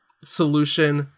solution